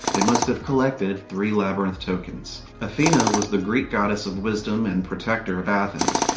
they must have collected three labyrinth tokens. athena was the greek goddess of wisdom and protector of athens.